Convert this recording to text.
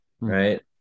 right